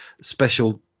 special